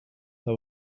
but